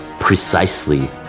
Precisely